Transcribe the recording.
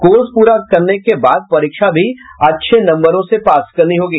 course पूरा करने के बाद परीक्षा भी अच्छा नम्बरों से पास करनी होगी